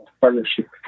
partnership